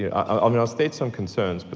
yeah i'll um you know state some concerns, but